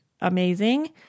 amazing